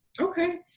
Okay